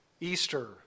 Easter